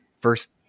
first